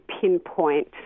pinpoint